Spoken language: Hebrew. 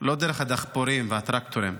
לא דרך הדחפורים והטרקטורים.